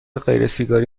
غیرسیگاری